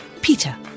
Peter